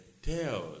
tell